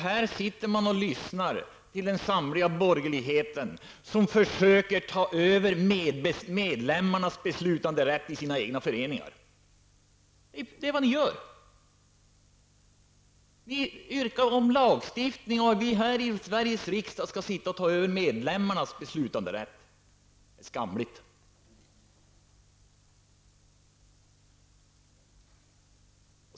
Här sitter man och lyssnar till den samlade borgerligheten, som försöker ta över medlemmarnas beslutanderätt i deras egna föreningar. Det är vad ni gör. Ni yrkar på en lagstiftning om att vi här i Sveriges riksdag skall ta över medlemmarnas beslutanderätt. Det är skamligt!